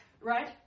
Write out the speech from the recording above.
right